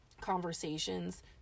conversations